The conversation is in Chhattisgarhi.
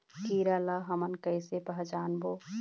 कीरा ला हमन कइसे पहचानबो?